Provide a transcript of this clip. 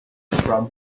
from